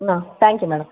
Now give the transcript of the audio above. thank you madam